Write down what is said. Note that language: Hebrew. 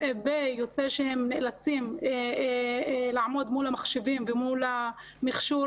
יוצא שהם נאלצים לעמוד מול המחשבים ומול המכשור